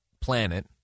planet